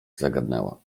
zagadnęła